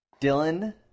Dylan